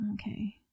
Okay